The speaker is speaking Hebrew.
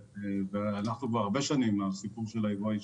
אנחנו כבר הרבה שנים עם הסיפור של הייבוא האישי,